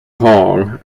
kong